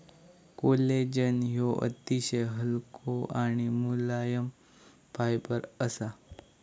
collagen ह्यो अतिशय हलको आणि मुलायम फायबर असा